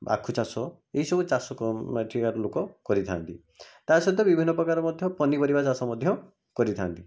ଆଖୁ ଚାଷ ଏଇସବୁ ଚାଷ ଏଠିକାର ଲୋକ କରିଥାନ୍ତି ତା'ସହିତ ବିଭିନ୍ନ ପ୍ରକାର ମଧ୍ୟ ପନିପରିବା ଚାଷ ମଧ୍ୟ କରିଥାନ୍ତି